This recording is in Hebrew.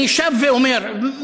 אני שב ואומר,